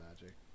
magic